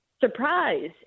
surprise